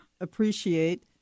appreciate